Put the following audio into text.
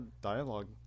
dialogue